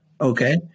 Okay